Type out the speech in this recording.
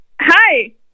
Hi